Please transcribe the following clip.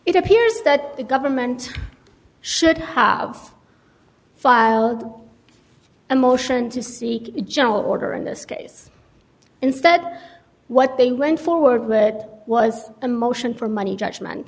it appears that the government should have filed a motion to seek general order in this case instead what they went forward with it was a motion for money judgment